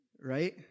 right